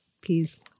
Peace